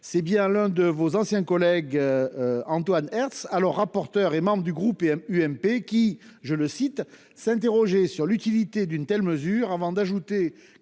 c'est bien l'un de vos anciens collègues. Antoine Herth alors rapporteur et membre du groupe et un UMP qui, je le cite, s'interroger sur l'utilité d'une telle mesure. Avant d'ajouter